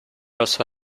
also